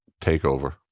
TakeOver